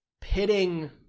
pitting